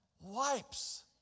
wipes